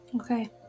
Okay